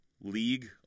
league